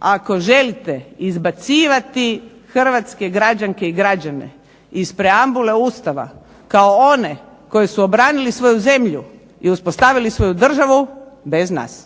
ako želite izbacivati hrvatske građanke i građane iz preambule Ustava kao one koji su obranili svoju zemlju i uspostavili svoju državu, bez nas.